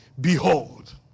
Behold